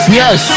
yes